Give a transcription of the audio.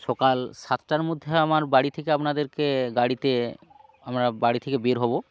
সকাল সাতটার মধ্যে আমার বাড়ি থেকে আপনাদেরকে গাড়িতে আমরা বাড়ি থেকে বের হবো